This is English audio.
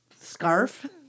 scarf